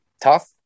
tough